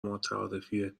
متعارفیه